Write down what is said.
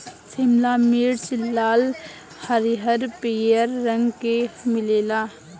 शिमला मिर्च लाल, हरिहर, पियर रंग के मिलेला